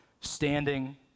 standing